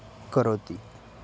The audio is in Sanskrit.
करोति